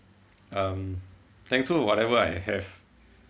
um thankful for whatever I have